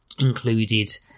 included